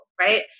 right